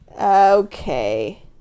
Okay